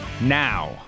now